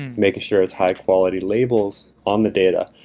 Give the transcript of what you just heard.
making sure its high quality labels on the data.